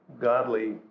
godly